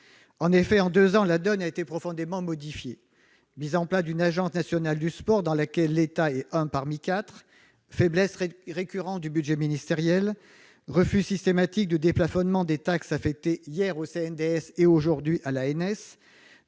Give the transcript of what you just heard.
En effet, en deux ans, la donne a été profondément modifiée : mise en place d'une Agence nationale du sport, dans laquelle l'État est un parmi quatre, faiblesse récurrente du budget ministériel, refus systématique de déplafonnement des taxes affectées hier au CNDS et, aujourd'hui, à l'ANS,